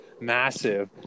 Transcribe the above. massive